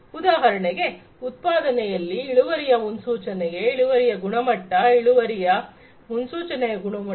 ಉದಾಹರಣೆಗೆ ಉತ್ಪಾದನೆಯಲ್ಲಿ ಇಳುವರಿಯ ಮುನ್ಸೂಚನೆಗೆ ಇಳುವರಿಯ ಗುಣಮಟ್ಟ ಇಳುವರಿಯ ಮುನ್ಸೂಚನೆಯ ಗುಣಮಟ್ಟ